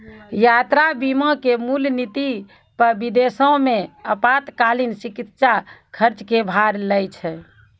यात्रा बीमा के मूल नीति पे विदेशो मे आपातकालीन चिकित्सा खर्च के भार लै छै